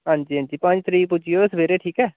हां जी हां जी पंज तरीक पुज्जी जाएयो सवेरे ठीक ऐ